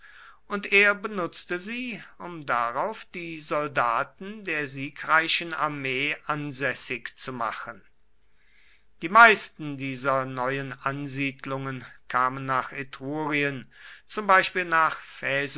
und er benutzte sie um darauf die soldaten der siegreichen armee ansässig zu machen die meisten dieser neuen ansiedlungen kamen nach etrurien zum beispiel nach